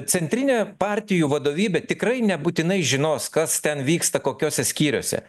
centrinė partijų vadovybė tikrai nebūtinai žinos kas ten vyksta kokiuose skyriuose